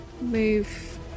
Move